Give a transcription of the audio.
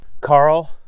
Carl